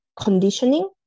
conditioning